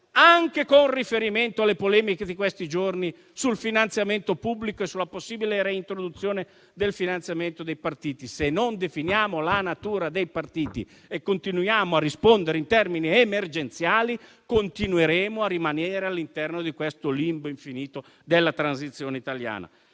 anche con riferimento alle polemiche di questi giorni sul finanziamento pubblico e sulla possibile reintroduzione del finanziamento dei partiti. Se non definiamo la natura dei partiti e continuiamo a rispondere in termini emergenziali, continueremo a rimanere all'interno di questo limbo infinito della transizione italiana.